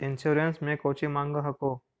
Insurance मे कौची माँग हको?